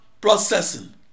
processing